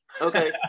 Okay